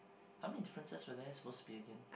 how many differences were there supposed to be again